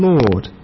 Lord